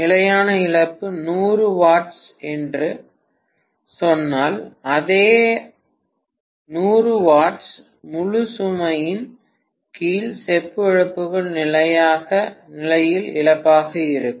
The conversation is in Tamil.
நிலையான இழப்பு 100 வாட்ஸ் என்று சொன்னால் அதே 100 வாட்கள் முழு சுமையின் கீழ் செப்பு இழப்பு நிலையில் இழப்பாக இருக்கும்